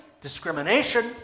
discrimination